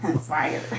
Fire